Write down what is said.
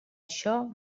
això